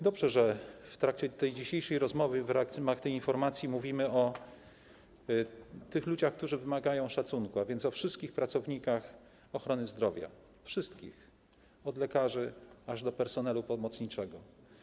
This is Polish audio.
Dobrze, że w trakcie tej dzisiejszej rozmowy na temat informacji mówimy o ludziach, którzy wymagają szacunku, a więc o wszystkich pracownikach ochrony zdrowia, wszystkich: od lekarzy aż do personelu pomocniczego.